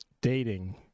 dating